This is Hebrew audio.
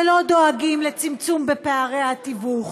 ולא דואגים לצמצום בפערי התיווך,